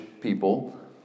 people